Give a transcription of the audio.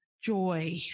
joy